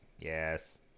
Yes